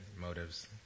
motives